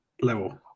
level